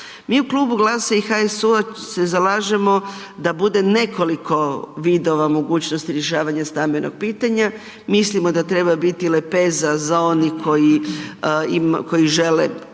Mi u Klubu GLAS-a i HSU-a se zalažemo da bude nekoliko vidova, mogućnosti rješavanja stambenog pitanja, mislimo da treba biti lepeza za onih koji žele